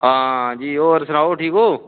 आं जी होर सनाओ ठीक ओ